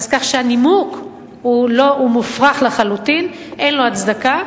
כך שהנימוק הוא מופרך לחלוטין, אין לו הצדקה.